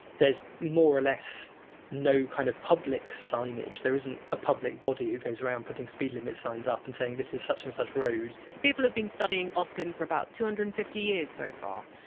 there's more or less no kind of public signage. there isn't a public body who goes around putting speed limit signs up and saying this is such and such road people have been studying oscan for about two hundred and fifty years so far,